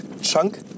chunk